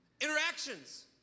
Interactions